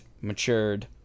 matured